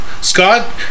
Scott